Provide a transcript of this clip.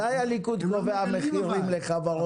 ממתי הליכוד קובע מחירים לחברות עסקיות?